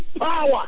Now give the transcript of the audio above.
power